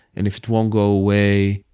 and if it won't go away,